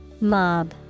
Mob